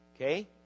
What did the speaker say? okay